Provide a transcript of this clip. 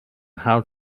how